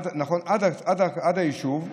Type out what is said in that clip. עד היישוב,